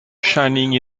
shining